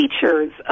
teachers